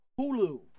Hulu